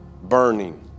burning